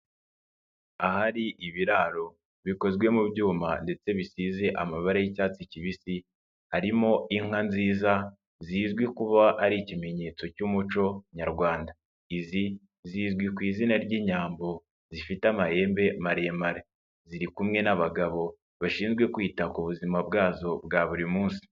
Ahari ibiraro bikozwe mu byuma ndetse bisize amabara y'icyatsi kibisi, harimo inka nziza zizwi kuba ari ikimenyetso cy'umuco nyarwanda. Izi zizwi ku izina ry'inyambo, zifite amahembe maremare. Ziri kumwe n'abagabo bashinzwe kwita ku buzima bwazo bwa buri munsi.